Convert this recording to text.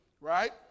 right